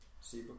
see